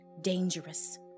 dangerous